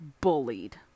bullied